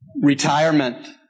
Retirement